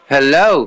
Hello